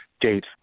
date